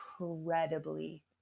incredibly